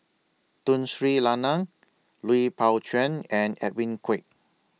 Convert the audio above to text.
Tun Sri Lanang Lui Pao Chuen and Edwin Koek